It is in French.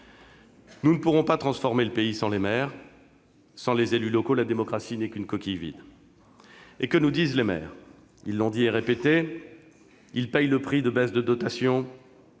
Nous ne pourrons pas transformer le pays sans eux. Sans les élus locaux, la démocratie deviendrait une coquille vide. Que nous disent les maires ? Ils l'ont dit et répété : ils paient le prix des baisses de dotations